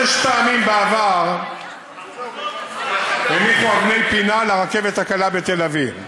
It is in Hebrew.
שש פעמים בעבר הניחו אבני פינה לרכבת הקלה בתל-אביב.